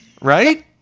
Right